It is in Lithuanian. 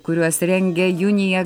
kuriuos rengia junija